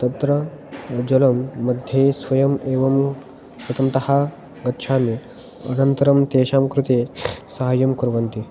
तत्र जलं मध्ये स्वयम् एवं प्रथमतः गच्छामि अनन्तरं तेषां कृते सहायं कुर्वन्ति